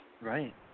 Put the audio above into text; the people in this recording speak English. Right